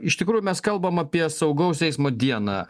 iš tikrųjų mes kalbam apie saugaus eismo dieną